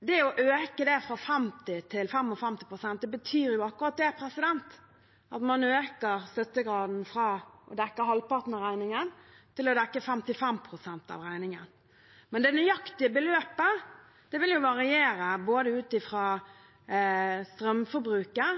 det å øke fra 50 til 55 pst. betyr akkurat det, at man øker støttegraden, fra å dekke halvparten av regningen til å dekke 55 pst. av regningen. Men det nøyaktige beløpet vil jo variere ut fra både strømforbruket